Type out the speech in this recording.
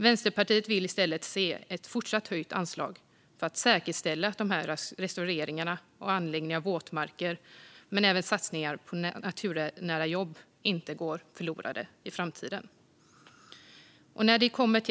Vänsterpartiet vill i stället se ett fortsatt höjt anslag för att säkerställa att restaureringar och anläggningar av våtmarker och även satsningar på naturnära jobb inte går förlorade i framtiden.